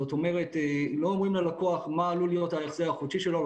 זאת אומרת שלא אומרים ללקוח מה עלול להיות ההחזר החודשי שלו.